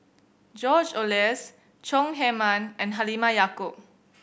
George Oehlers Chong Heman and Halimah Yacob